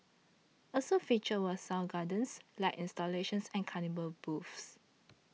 also featured were sound gardens light installations and carnival booths